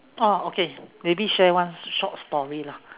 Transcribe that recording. oh okay maybe share one short story lah